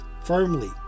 firmly